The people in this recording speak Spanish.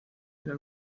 era